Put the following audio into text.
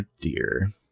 dear